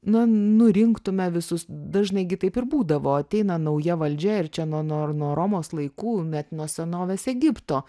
nu nurinktume visus dažnai gi taip ir būdavo ateina nauja valdžia ir čia nuo nuo nuo romos laikų net nuo senovės egipto